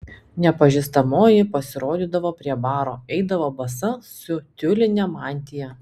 nepažįstamoji pasirodydavo prie baro eidavo basa su tiuline mantija